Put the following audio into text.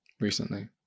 recently